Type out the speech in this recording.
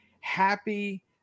Happy